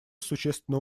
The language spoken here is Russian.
существенно